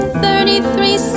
thirty-three